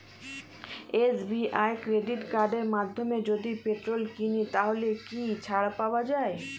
SBI credit কার্ডের মাধ্যমে যদি পেট্রোল কিনি তাহলে কি ছাড় পাওয়া যায়?